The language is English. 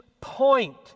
point